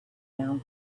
found